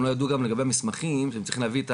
הם לא ידעו גם לגבי המסמכים שהם צריכים להביא,